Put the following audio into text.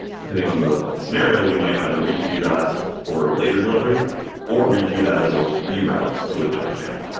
depending on the scenario, we might either re queue that for later delivery or re-queue that as a reroute to a different channel.